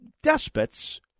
despots